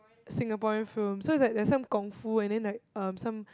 Singaporean film so it's like there's some kung-fu and then like um some